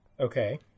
Okay